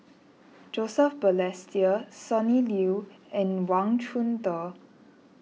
Joseph Balestier Sonny Liew and Wang Chunde